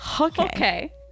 Okay